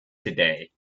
today